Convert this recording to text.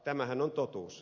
tämähän on totuus